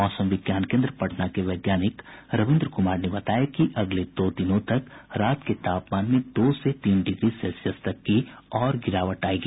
मौसम विज्ञान केन्द्र पटना के वैज्ञानिक रवीन्द्र कुमार ने बताया कि अगले दो दिनों तक रात के तापमान में दो से तीन डिगी सेल्सियस तक की और गिरावट आयेगी